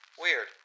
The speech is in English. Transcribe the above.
weird